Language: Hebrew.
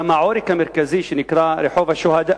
גם העורק המרכזי שנקרא רחוב השוהדא,